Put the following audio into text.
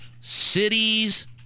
cities